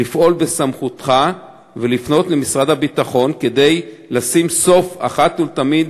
להפעיל את סמכותך ולפנות למשרד הביטחון כדי לשים לזה סוף אחת ולתמיד,